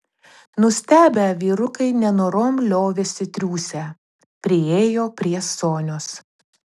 nustebę vyrukai nenorom liovėsi triūsę priėjo prie sonios